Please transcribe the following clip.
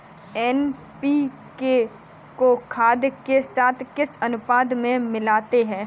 NPK को खाद के साथ किस अनुपात में मिलाते हैं?